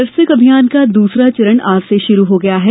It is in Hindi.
दस्तक अभियान का दूसरा चरण आज से शुरू हो रहा है